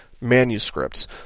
manuscripts